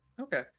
Okay